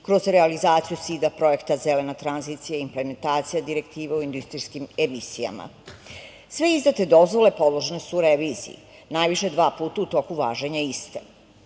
kroz realizaciju SIDA projekta „Zelena tranzicija i implementacija direktiva u industrijskim emisijama“.Sve izdate dozvole podložne su reviziji najviše dva puta u toku važenja iste.